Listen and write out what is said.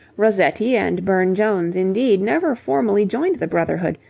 rossetti and burne-jones, indeed, never formally joined the brotherhood,